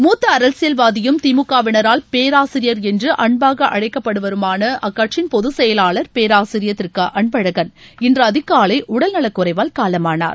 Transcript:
மூத்த அரசியல்வாதியும் திமுக வினரால் பேராசிரியர் என்று அன்பாக அழைக்கப்படுபவருமான அக்கட்சியின் பொதுச்செயவாளர் பேராசியர் திரு க அன்பழகன் இன்று அதிகாலை உடல் நலக்குறைவால் காலமானார்